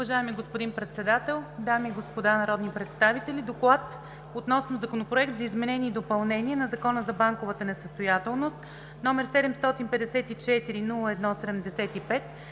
Уважаеми господин Председател, дами и господа народни представители! Доклад относно Законопроект за изменение и допълнение на Закона за банковата несъстоятелност, № 754-01-75,